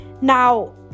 Now